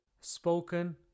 spoken